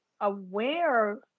aware